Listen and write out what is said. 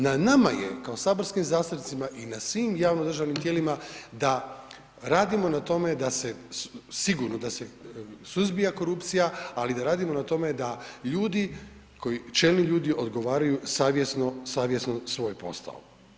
Na nama je kao saborskim zastupnicima i na svim javno državnim tijelima da radimo na tome da se sigurno da se suzbija korupcija, ali i da radimo na tome da ljudi, čelni ljudi odgovaraju savjesno, savjesno svoj posao.